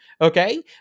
Okay